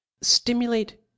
Stimulate